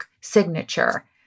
signature